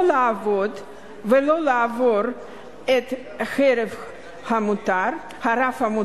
או לעבוד ולא לעבור את הרף המותר,